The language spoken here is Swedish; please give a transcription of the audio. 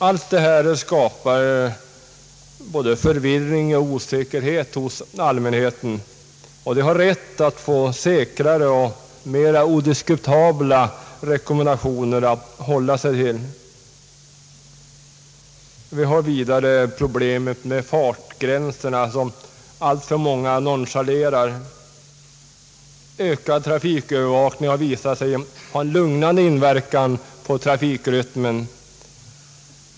Allt detta skapar både förvirring och osäkerhet hos allmänheten, som har rätt att få säkrare och mer odiskutabla rekommendationer att hålla sig till. Vi har vidare problemet med fartgränserna, som alltför många nonchalerar. Ökad trafikövervakning har visat sig ha en lugnande inverkan på trafikrytmen.